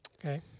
Okay